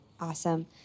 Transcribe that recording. Awesome